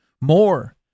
more